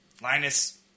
Linus